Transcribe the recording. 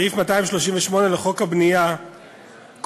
סעיף 238א לחוק התכנון והבנייה קובע,